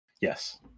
Yes